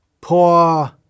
poor